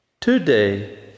Today